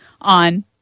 on